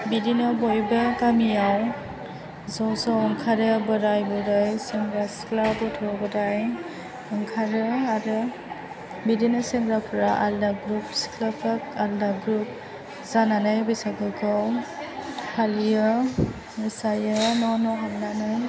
बिदिनो बयबो गामियाव ज' ज' ओंखारो बोराय बुरै सेंग्रा सिख्ला गथ' ग'थाय ओंखारो आरो बिदिनो सेंग्राफ्रा आलदा ग्रुफ सिख्लाफ्रा आलादा ग्रुफ जानानै बैसागुखौ फालियो मोसायो न' न' हाबनानै